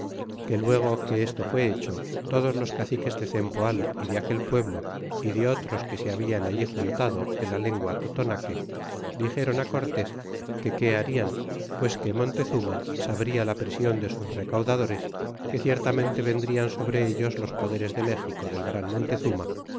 que luego que esto fué hecho todos los caciques de cempoal y de aquel pueblo y de otros que se habian allí juntado de la lengua totonaque dixéron cortés que qué harian pues que montezuma sabria la prision de sus recaudadores que ciertamente vendrian sobre ellos los poderes de méxico del gran montezuma